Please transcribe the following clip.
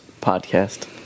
podcast